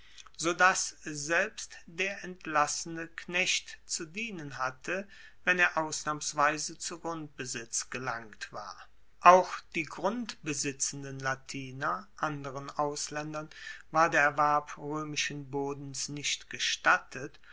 so dass selbst der entlassene knecht zu dienen hatte wenn er ausnahmsweise zu grundbesitz gelangt war auch die grundbesitzenden latiner anderen auslaendern war der erwerb roemischen bodens nicht gestattet